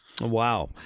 Wow